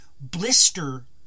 blister